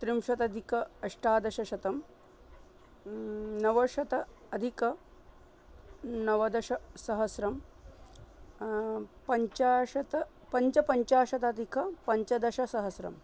त्रिंशदधिकाष्टादशतं नवशताधिकनवदशसहस्रं पञ्चाशत् पञ्चपञ्चाशदधिकपञ्चदशसहस्रम्